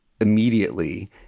immediately